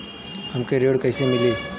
हमके ऋण कईसे मिली?